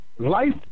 Life